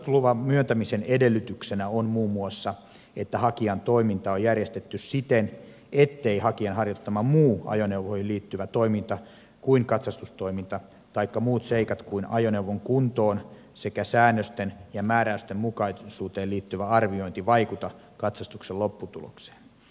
katsastusluvan myöntämisen edellytyksenä on muun muassa että hakijan toiminta on järjestetty siten etteivät hakijan harjoittama muu ajoneuvoihin liittyvä toiminta kuin katsastustoiminta taikka muut seikat kuin ajoneuvon kuntoon sekä säännösten ja määräystenmukaisuuteen liittyvä arviointi vaikuta katsastuksen lopputulokseen